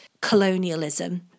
colonialism